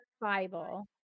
Bible